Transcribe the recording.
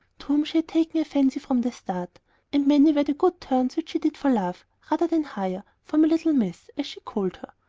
to whom she had taken a fancy from the start and many were the good turns which she did for love rather than hire for my little miss, as she called her.